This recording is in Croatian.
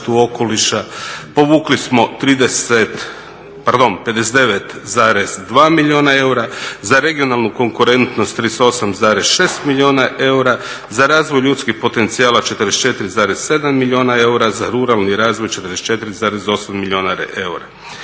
za zaštitu okoliša povukli smo 59,2 milijuna eura, za regionalnu konkurentnost 38,6 milijuna eura, za razvoj ljudskih potencijala 44,7 milijuna eura, za ruralni razvoj 44,8 milijuna eura.